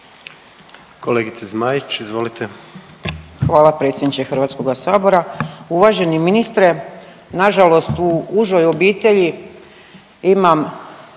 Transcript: **Zmaić, Ankica (HDZ)** Hvala predsjedniče Hrvatskoga sabora. Uvaženi ministre nažalost u užoj obitelji imam,